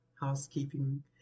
housekeeping